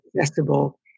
accessible